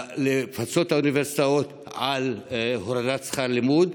לפצות את האוניברסיטאות על הורדת שכר לימוד,